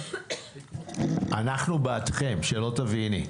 אנחנו בעדכם, שלא תביני.